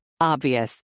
Obvious